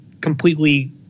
completely